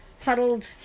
huddled